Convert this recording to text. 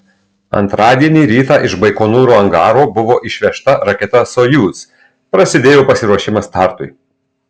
antradienį rytą iš baikonūro angaro buvo išvežta raketa sojuz prasidėjo pasiruošimas startui